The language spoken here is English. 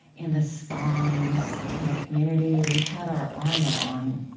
in the songs, in the community. we had our armor on.